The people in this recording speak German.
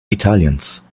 italiens